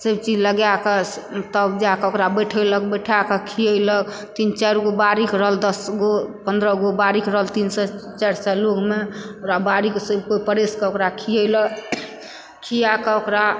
सब चीज लगाय कऽ तब जाकऽ ओकरा बैठेलक बैठा के खियेलक तीन चारि गो बारिक रहल दस गो पन्द्रह गो बारिक रहल तीन सए चाइर सए लोकमे बारिक ओकरा परैस के खिएलक खियाके ओकरा